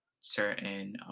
certain